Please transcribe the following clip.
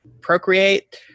procreate